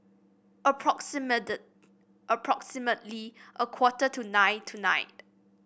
approximate approximately a quarter to nine tonight